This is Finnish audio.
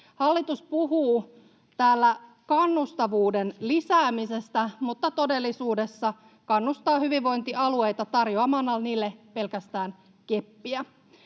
Hallitus puhuu täällä kannustavuuden lisäämisestä, mutta todellisuudessa kannustaa hyvinvointialueita tarjoamalla niille pelkästään keppiä.